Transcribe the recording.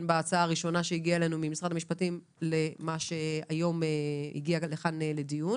בהצעה הראשונה שהגיעה אלינו ממשרד המשפטים למה שהיום הגיע לדיון